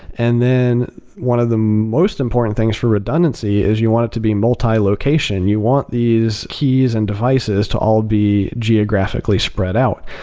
and then one of the most important things for redundancy is you want it to be multi-location. you want these keys and devices to all be geographically spread out.